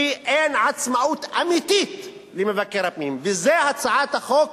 כי אין עצמאות אמיתית למבקר הפנים, והצעת החוק